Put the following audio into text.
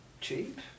Cheap